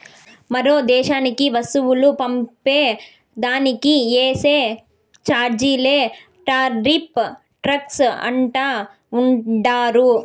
మరో దేశానికి వస్తువులు పంపే దానికి ఏసే చార్జీలే టార్రిఫ్ టాక్స్ అంటా ఉండారు